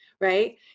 right